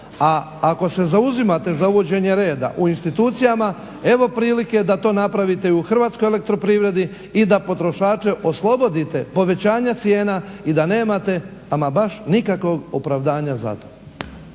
A ako se zauzimate za uvođenje reda u institucijama, evo prilike da to napravite i u Hrvatskoj elektroprivredi i da potrošače oslobodite povećanja cijena i da nemate ama baš nikakvog opravdanja za to.